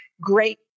great